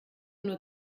nur